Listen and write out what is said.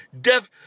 death